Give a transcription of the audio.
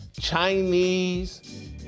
Chinese